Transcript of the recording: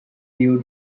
due